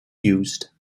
used